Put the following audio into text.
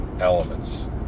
elements